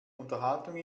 unterhaltung